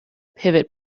pivot